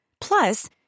Plus